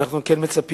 אנחנו כן מצפים